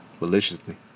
maliciously